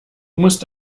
musst